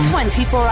24